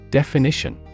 definition